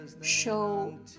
show